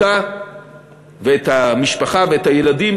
אותה ואת המשפחה ואת הילדים,